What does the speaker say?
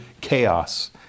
chaos